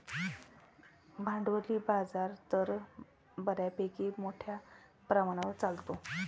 भांडवली बाजार तर बऱ्यापैकी मोठ्या प्रमाणावर चालतो